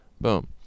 Boom